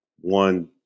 one